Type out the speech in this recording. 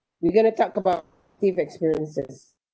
we're going to talk about positive experiences